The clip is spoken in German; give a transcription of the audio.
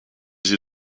sie